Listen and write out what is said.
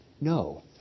No